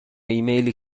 ایمیلی